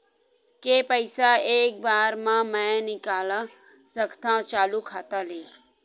के पईसा एक बार मा मैं निकाल सकथव चालू खाता ले?